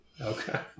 Okay